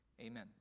Amen